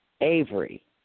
Avery